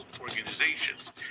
organizations